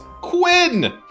Quinn